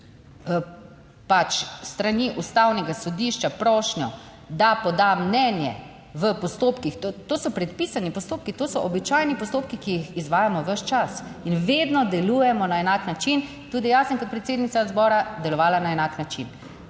pač s strani Ustavnega sodišča prošnjo, da poda mnenje v postopkih, to so predpisani postopki, to so običajni postopki, ki jih izvajamo ves čas in vedno delujemo na enak način, tudi jaz sem kot predsednica odbora delovala na enak način.